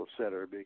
Center